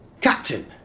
Captain